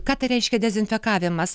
ką tai reiškia dezinfekavimas